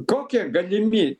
kokie galimi